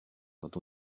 quand